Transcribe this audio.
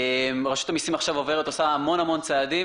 רשות המסים עכשיו עוברת, עושה המון צעדי.